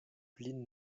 pline